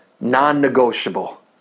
non-negotiable